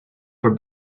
for